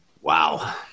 Wow